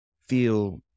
feel